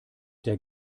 der